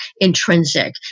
intrinsic